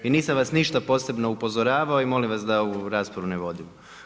I nisam vas ništa posebno upozoravao i molim vas da ovu raspravu ne vodimo.